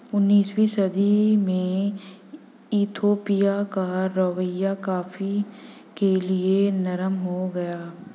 उन्नीसवीं सदी में इथोपिया का रवैया कॉफ़ी के लिए नरम हो गया